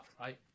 right